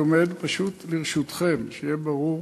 אני עומד לרשותכם, שיהיה ברור.